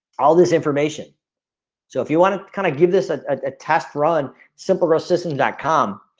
all this. information so if you wanna kinda give this a ah test run simple assistance com,